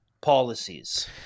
policies